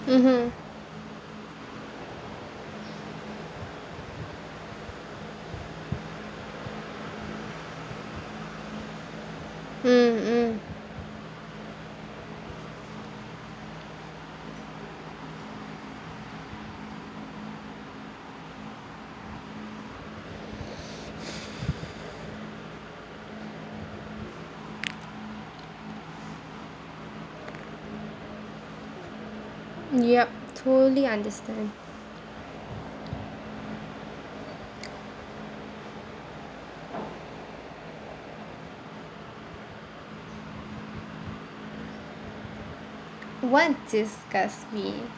mmhmm hmm mm yup totally understand what disgusts me